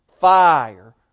Fire